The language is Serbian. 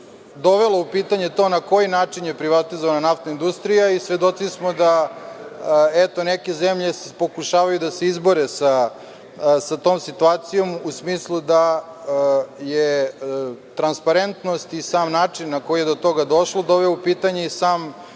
dovelo u pitanje to na koji način je privatizovana naftna industrija i svedoci smo da neke zemlje pokušavaju da se izbore sa tom situacijom u smislu da je transparentnost i sam način na koji je do toga došlo doveo u pitanje i sam